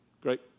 great